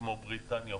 כמו בריטניה,